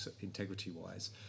integrity-wise